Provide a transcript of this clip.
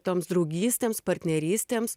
toms draugystėms partnerystėms